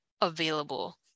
available